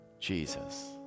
jesus